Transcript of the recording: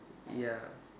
ya